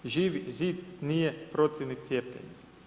Živi zid nije protivnik cijepljenja.